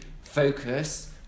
focus